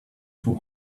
too